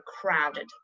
crowded